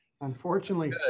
unfortunately